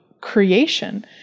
creation